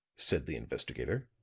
said the investigator.